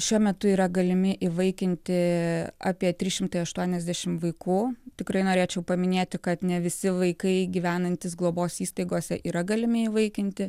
šiuo metu yra galimi įvaikinti apie trys šimtai aštuoniasdešimt vaikų tikrai norėčiau paminėti kad ne visi vaikai gyvenantys globos įstaigose yra galimi įvaikinti